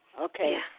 Okay